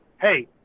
hey